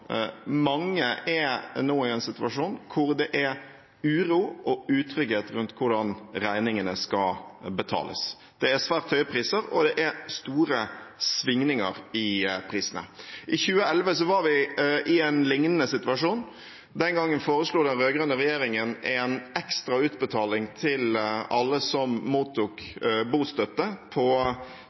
Mange er nå i en situasjon med uro og utrygghet rundt hvordan regningene skal betales. Det er svært høye priser, og det er store svingninger i prisene. I 2011 var vi i en lignende situasjon. Den gangen foreslo den rød-grønne regjeringen en ekstra utbetaling til alle som mottok bostøtte, på